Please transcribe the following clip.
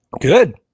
Good